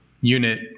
unit